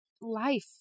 life